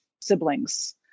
siblings